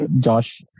Josh